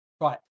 Right